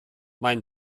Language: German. mein